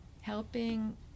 helping